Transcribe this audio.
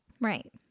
Right